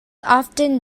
often